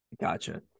gotcha